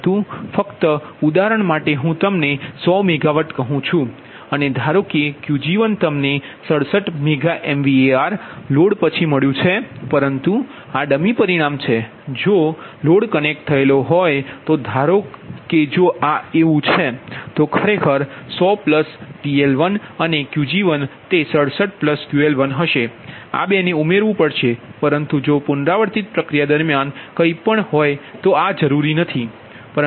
ફક્ત ઉદાહરણ માટે હું તમને 100 મેગાવોટ કહુ છું અને ધારોકે Qg1 તમને 67 મેગાવીએઆર લોડ પછી મળ્યું છે પરંતુ આ ડમી પરિમાણ છે પરંતુ જો લોડ કનેક્ટ થયેલ હોય તો ધારો કે જો આ એવું છે તો ખરેખર 100PL1 અને Qg1 તે 67 QL1હશે આ 2 ને ઉમેરવું પડશે પરંતુ જો પુનરાવર્તિત પ્રક્રિયા દરમિયાન કંઈપણ હોય તો આ જરૂરી નથી